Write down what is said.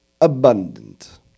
abundant